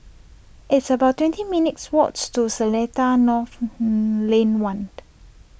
it's about twenty minutes' walk to Seletar North Lane one